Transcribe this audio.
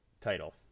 title